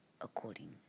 according